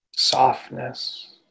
Softness